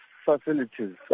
facilities